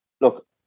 look